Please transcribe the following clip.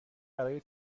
برای